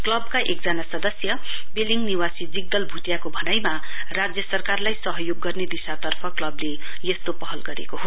क्लबका एकजना सदस्य पेलिङ निवासी जिग्दल भुटियाको भनाइमा राज्य सरकारलाई सहयोग गर्ने दिशातर्फ क्लबले यस्तो पहल गरेको हो